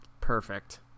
Perfect